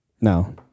No